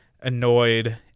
annoyed